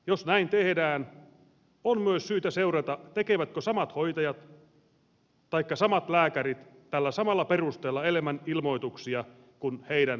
jos näin tehdään on myös syytä seurata tekevätkö samat hoitajat taikka samat lääkärit tällä samalla perusteella enemmän ilmoituksia kuin heidän kollegansa